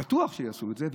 בטוח שהם יעשו את זה,